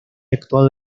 actuado